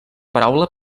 paraula